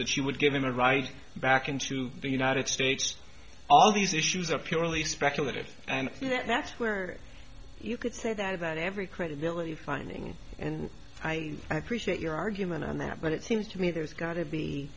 that she would give him a ride back into the united states all these issues are purely speculative and yet that's where you could say that about every credibility finding and i appreciate your argument on that but it seems to me there's got to be